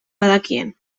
badakien